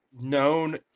known